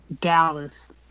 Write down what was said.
Dallas